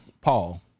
Paul